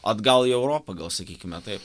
atgal į europą gal sakykime taip